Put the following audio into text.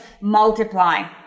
multiply